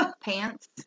pants